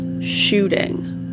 shooting